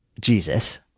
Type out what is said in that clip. Jesus